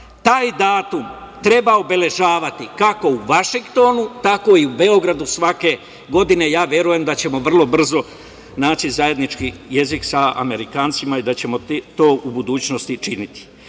Taj datum treba obeležavati kako u Vašingtonu, tako i u Beogradu svake godine, ja verujem da ćemo vrlo brzo naći zajednički jezik sa Amerikancima i da ćemo to u budućnosti činiti. Naši